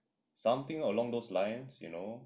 something along those lines you know